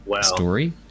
story